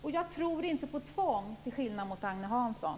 Jag tror dessutom inte på tvång, till skillnad från